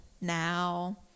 now